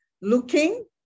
looking